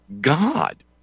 God